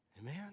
Amen